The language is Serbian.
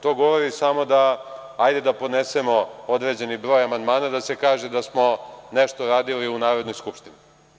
To govori samo da, ajde da podnesemo određeni broj amandmana da se kaže da smo nešto radili u Narodnoj skupštini.